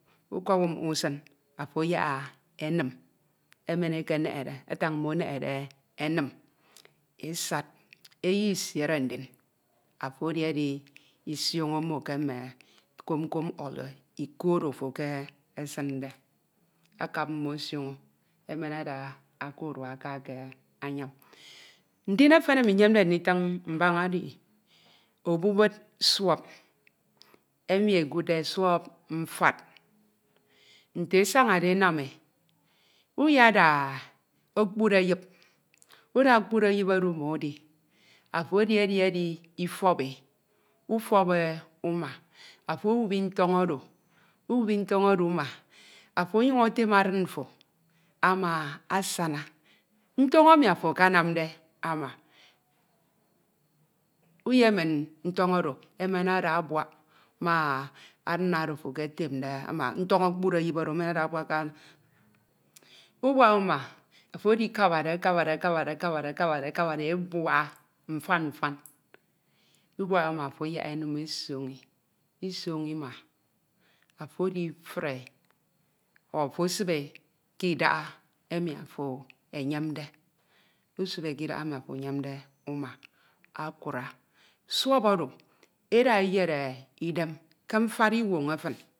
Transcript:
ukọp e uma usin, afo ayak e enim, emen e ekeneghere, atañ mmo eneghere enim, esad, eyi isiere ndin afo edi edision̄o mmo ke mme kom kom ọl iko oro ofo ekesinde, akap mmo osion̄o emen ada aka urua aka ekeynyam. Ndin efen emi nyemde nditiñ mbaña edi emi ekudde obubid suọp, suọp mfad. Nte esañade enam e, uyeda okpud eyip, uda okpud eyip oro uma udi, afo edi edidifọp e ufọp e uma afo owubi ntọñ oro, uwubi ntọñ oro uma, afo ọnyuñ etem adin mfo ama asana, ntọñ emi afo akanamde ama, uyemen ntọñ oro emen ada abuak ma adin oro afo eketemde ama, ntọñ okpud eyip oro emen ada abuak ke adin oro, ubuak uma, afo adikabade, akabade, akabade. akabade, akabade. akabade ebuaha mfana mfan, ubuka uma afo ayak e enim esoñi, isoñi ima, afo edifid ọl afo esibe e k'idaha emi afo eyemde usibe e k'idaha emi afo eyemde uma, akura. Suọp oro eda eyere idem ke mfad iwọrọ fin